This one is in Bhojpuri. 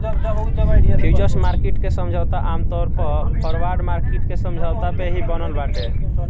फ्यूचर्स मार्किट के समझौता आमतौर पअ फॉरवर्ड मार्किट के समझौता पे ही बनल बाटे